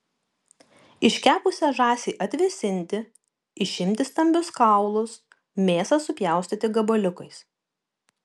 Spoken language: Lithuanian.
iškepusią žąsį atvėsinti išimti stambius kaulus mėsą supjaustyti gabaliukais